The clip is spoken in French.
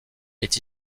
est